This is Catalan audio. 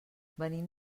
venim